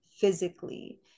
physically